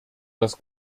das